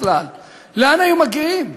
בכלל לאן היינו מגיעים?